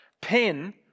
Pen